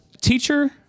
Teacher